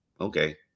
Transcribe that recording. Okay